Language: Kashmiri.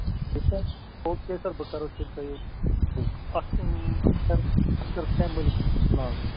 ٹھیٖک چھا او کے سَر بہٕ کَرو تیٚلہِ تۄہہِ یہِ بُک اختر اختر حُسین مٔلِک ناوَس حظ